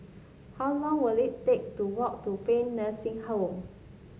how long will it take to walk to Paean Nursing Home